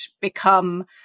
become